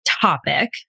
topic